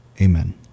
Amen